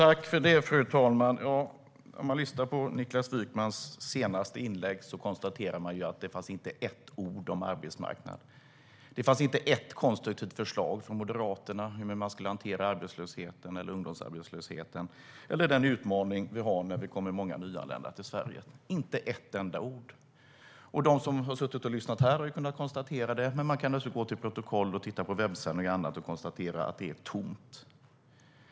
Fru talman! När man har lyssnat på Niklas Wykmans senaste inlägg kan man konstatera att det inte fanns ett ord om arbetsmarknaden. Det fanns inte ett konstruktivt förslag från Moderaterna om hur man ska hantera arbetslösheten eller ungdomsarbetslösheten eller den utmaning vi har när det kommer många nyanlända till Sverige - inte ett enda ord. De som har suttit här och lyssnat har kunnat konstatera det, men man kan dessutom läsa protokoll, titta på webbsändningar och annat och konstatera att det är tomt.